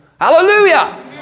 Hallelujah